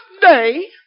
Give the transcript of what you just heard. day